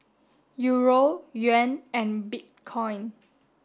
Euro Yuan and Bitcoin